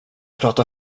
prata